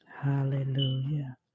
hallelujah